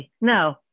No